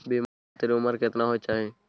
बीमा खातिर उमर केतना होय चाही?